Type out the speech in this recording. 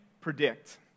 predict